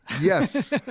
yes